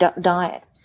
diet